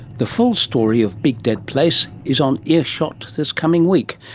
the full story of big dead place is on earshot this coming week,